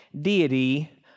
deity